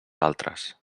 altres